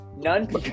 none